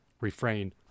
refrain